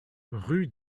rue